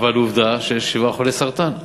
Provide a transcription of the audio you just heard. אבל עובדה היא שיש שבעה חולי סרטן בבניין.